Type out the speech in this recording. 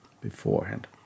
beforehand